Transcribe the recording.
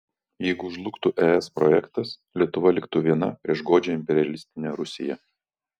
jeigu žlugtų es projektas lietuva liktų viena prieš godžią imperialistinę rusiją